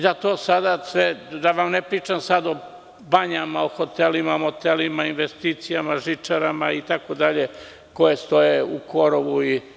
Da vam ne pričam sad o banjama, o hotelima, motelima, investicijama, žičarama, itd, koje stoje u korovu.